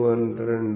212